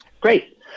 Great